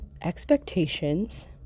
expectations